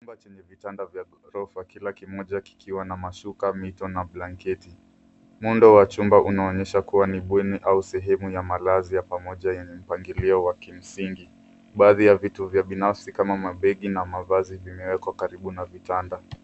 Chumba chenye vitanda vya ghorofa, kila kimoja kikiwa na mashuka, mito na blanketi. Muundo wa chumba unaonyesha kuwa ni bweni au sehemu ya malazi ya pamoja yenye mpangilio wa kimsingi. Baadhi ya vitu vya binafsi kama mabegi na mavazi vimewekwa karibu na vitanda.